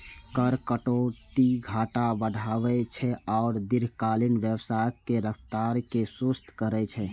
कर कटौती घाटा बढ़ाबै छै आ दीर्घकालीन विकासक रफ्तार कें सुस्त करै छै